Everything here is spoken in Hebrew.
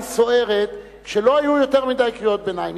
סוערת שלא היו יותר מדי קריאות ביניים,